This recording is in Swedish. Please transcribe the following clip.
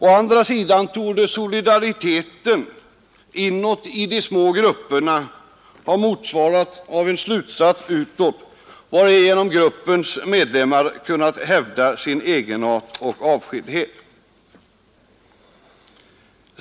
Å andra sidan torde solidariteten inåt i de små grupperna ha motsvarats av en slutenhet utåt, varigenom gruppens medlemmar kunnat hävda sin egenart och avskildhet.